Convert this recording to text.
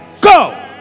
go